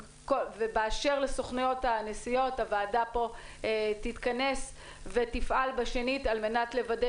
באשר לסוכנויות הנסיעות הוועדה תתכנס ותפעל בשנית על-מנת לוודא